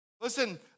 Listen